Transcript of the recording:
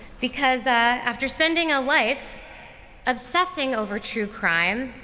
because ah after spending a life obsessing over true crime,